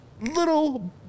Little